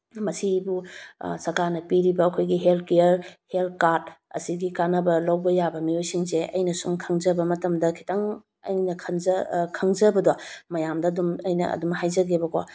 ꯃꯁꯤꯕꯨ ꯁꯔꯀꯅ ꯄꯤꯔꯤꯕ ꯑꯩꯈꯣꯏꯒꯤ ꯍꯦꯜꯠ ꯀꯤꯌꯔ ꯍꯦꯜꯠ ꯀꯥꯔꯗ ꯑꯁꯤꯒꯤ ꯀꯥꯟꯅꯕ ꯂꯧꯕ ꯌꯥꯕ ꯃꯤꯑꯣꯏꯁꯤꯡꯁꯦ ꯑꯩꯅ ꯁꯨꯝ ꯈꯪꯖꯕ ꯃꯇꯝꯗ ꯈꯤꯇꯪ ꯑꯩꯅ ꯈꯟꯖ ꯑꯩꯅ ꯈꯖꯕꯗꯣ ꯃꯌꯥꯝꯗ ꯑꯗꯨꯝ ꯑꯩꯅ ꯑꯗꯨꯝ ꯍꯥꯏꯖꯒꯦꯕꯀꯣ